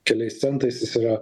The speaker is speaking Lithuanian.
keliais centais jis yra